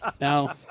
Now